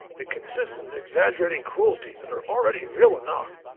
it consists in exaggerating cruelties that are already real enough.